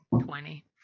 twenty